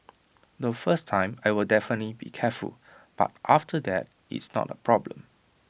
the first time I'll definitely be careful but after that it's not A problem